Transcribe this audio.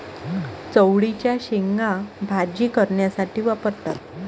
चवळीच्या शेंगा भाजी करण्यासाठी वापरतात